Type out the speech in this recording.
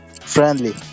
friendly